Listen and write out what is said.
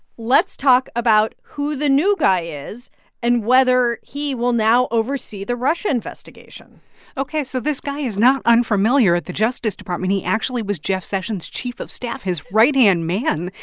let's talk about who the new guy is and whether he will now oversee the russia investigation ok. so this guy is not unfamiliar at the justice department. he actually was jeff sessions' sessions' chief of staff, his right-hand man,